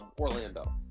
Orlando